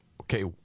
Okay